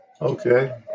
Okay